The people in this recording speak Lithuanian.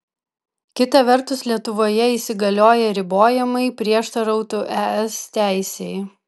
kita vertus lietuvoje įsigalioję ribojimai prieštarautų es teisei